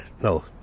no